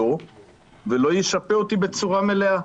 שינויים שאתם עושים ולא ישפה אותי בצורה מלאה.